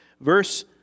Verse